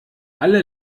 alle